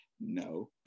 no